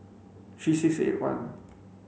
three six eight one